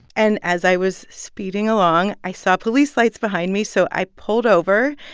and as i was speeding along, i saw police lights behind me, so i pulled over.